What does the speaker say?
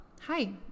Hi